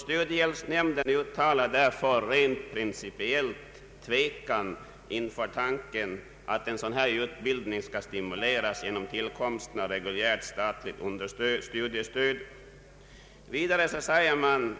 Studiehjälpsnämnden = uttalar därför rent principiellt tvekan inför tanken att sådan utbildning skall stimuleras genom tillkomsten av reguljärt statligt studiestöd. Vidare säger man,